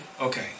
Okay